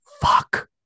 fuck